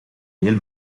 veel